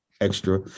extra